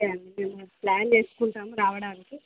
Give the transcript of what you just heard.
plan చేసుకుంటాము రావడానికి